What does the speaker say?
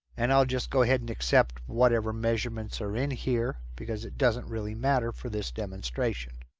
and i'll just go ahead and accept whatever measurements are in here. because it doesn't really matter for this demonstration.